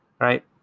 right